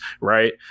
right